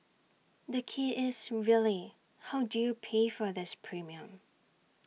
the key is really how do you pay for this premium